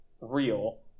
real